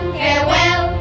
farewell